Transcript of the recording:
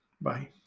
bye